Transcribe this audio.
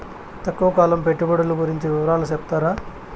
తక్కువ కాలం పెట్టుబడులు గురించి వివరాలు సెప్తారా?